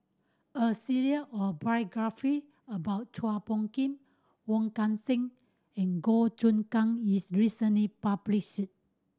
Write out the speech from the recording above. a series of biography about Chua Phung Kim Wong Kan Seng and Goh Choon Kang is recently published